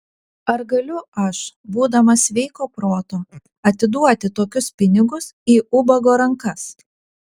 ar galiu aš būdamas sveiko proto atiduoti tokius pinigus į ubago rankas